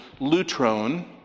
lutron